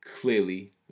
clearly